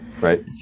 right